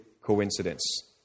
Coincidence